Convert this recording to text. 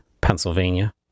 Pennsylvania